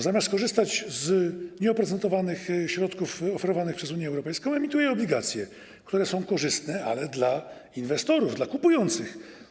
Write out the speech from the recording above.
Zamiast korzystać z nieoprocentowanych środków oferowanych przez Unię Europejską, emituje obligacje, które są korzystne, ale dla inwestorów, dla kupujących.